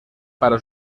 para